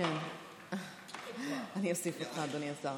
פה אחד.